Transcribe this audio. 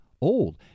old